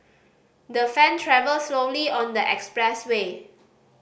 the fan travelled slowly on the expressway